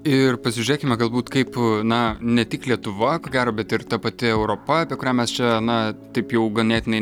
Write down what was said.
ir pasižiūrėkime galbūt kaip na ne tik lietuva ko gero bet ir ta pati europa apie kurią mes čia na taip jau ganėtinai